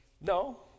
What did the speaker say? No